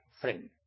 friend